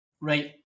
right